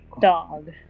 dog